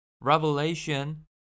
Revelation